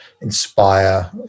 inspire